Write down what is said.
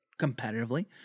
competitively